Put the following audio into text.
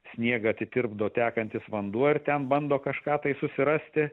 sniegą atitirpdo tekantis vanduo ir ten bando kažką susirasti